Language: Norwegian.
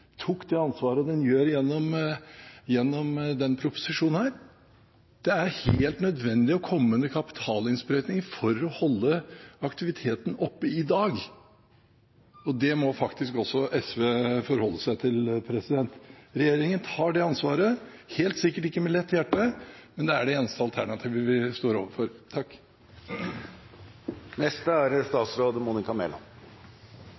tok det ansvaret den gjør gjennom denne proposisjonen. Det er helt nødvendig å komme med kapitalinnsprøyting for å holde aktiviteten oppe i dag. Det må SV forholde seg til. Regjeringen tar det ansvaret, helt sikkert ikke med lett hjerte, men det er det eneste alternativet vi står overfor. Det er